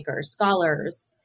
scholars